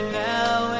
now